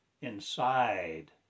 inside